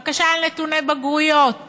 בקשה על נתוני בגרויות